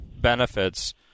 benefits